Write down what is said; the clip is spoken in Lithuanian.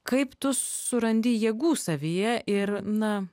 kaip tu surandi jėgų savyje ir na